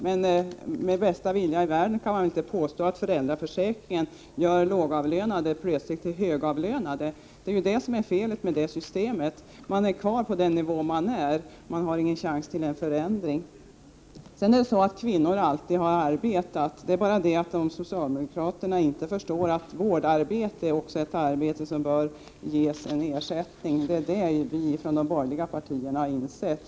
Men med bästa vilja i världen kan man väl inte påstå att föräldraförsäkringen plötsligt gör lågavlönade till högavlönade. Felet med det systemet är ju att man är kvar på den nivå där man är. Man har ingen chans till en förändring. Kvinnor har alltid arbetat. Det är bara det att socialdemokraterna inte förstår att vårdarbete också är ett arbete som bör ges en ersättning, men det har vi från de borgerliga partierna insett.